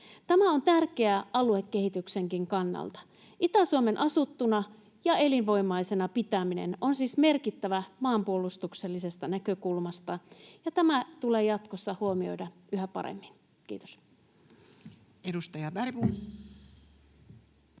Tämä on tärkeää aluekehityksenkin kannalta. Itä-Suomen asuttuna ja elinvoimaisena pitäminen on siis merkittävää maanpuolustuksellisesta näkökulmasta, ja tämä tulee jatkossa huomioida yhä paremmin. — Kiitos.